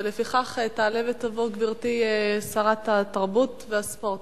ולפיכך תעלה ותבוא גברתי שרת התרבות והספורט,